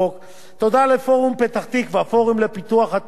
תודה ל"פורום פתח-תקווה", פורום לפיתוח התעסוקה,